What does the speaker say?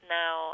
now